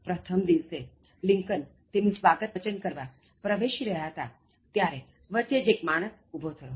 પ્રથમ દિવસે લિંકન તેમનું સ્વાગત પ્રવચન કરવા પ્રવેશી રહ્યા હતાં ત્યારે વચ્ચે જ એક માણસ ઊભો થયો